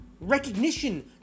recognition